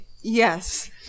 Yes